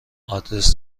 آدرس